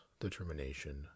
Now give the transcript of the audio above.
determination